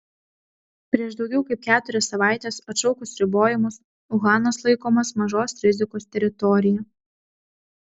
prieš daugiau kaip keturias savaites atšaukus ribojimus uhanas laikomas mažos rizikos teritorija